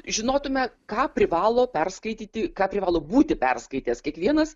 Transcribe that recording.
žinotume ką privalo perskaityti ką privalo būti perskaitęs kiekvienas